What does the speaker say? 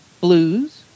blues